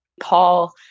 Paul